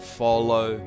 follow